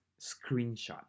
screenshot